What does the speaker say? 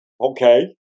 Okay